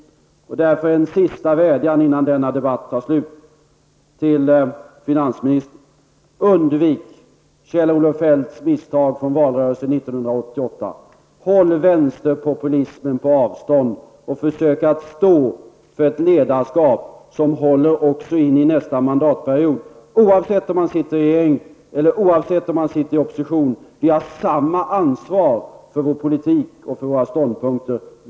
Jag vill därför rikta en sista vädjan till finansministern innan denna debatt tar slut: Undvik Kjell-Olof Feldts misstag från valrörelsen 1988. Håll vänsterpopulismen på avstånd och försök att stå för ett ledarskap som håller också in i nästa mandatperiod. Oavsett om vi sitter i regering eller opposition har vi samma ansvar för vår politik och för våra ståndpunkter.